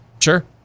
Sure